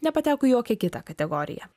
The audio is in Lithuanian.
nepateko į jokią kitą kategoriją